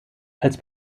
als